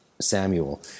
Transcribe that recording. Samuel